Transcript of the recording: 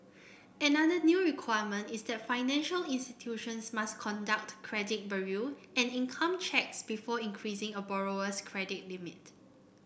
another new requirement is that financial institutions must conduct credit bureau and income checks before increasing a borrower's credit limit